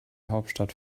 hauptstadt